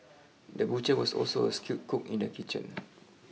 the butcher was also a skilled cook in the kitchen